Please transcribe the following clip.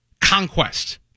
Conquest